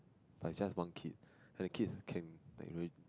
like just one kid and the kids can